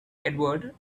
edward